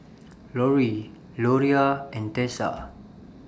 Loree Loria and Tessa